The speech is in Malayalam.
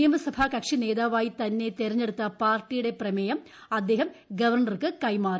നിയമസഭാകക്ഷി നേതാവായി തന്നെ തെരഞ്ഞെടുത്ത പാർട്ടിയുടെ പ്രമേയം അദ്ദേഹം ഗവർണർക്ക് കൈമാറി